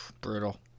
Brutal